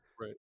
Right